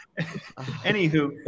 anywho